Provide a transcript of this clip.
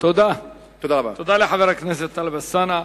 תודה לחבר הכנסת טלב אלסאנע.